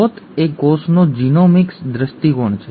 સ્રોત એ કોષનો જીનોમિક્સ દૃષ્ટિકોણ છે